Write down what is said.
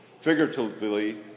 Figuratively